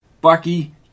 Bucky